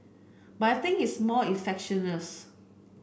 but I think it's more efficacious